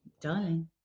Darling